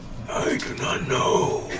not know.